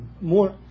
more